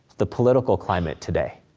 the political climate today,